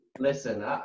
Listen